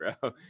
bro